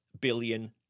billion